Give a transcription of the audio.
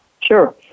Sure